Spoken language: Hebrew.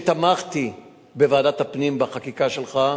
תמכתי בוועדת הפנים בחקיקה שלך.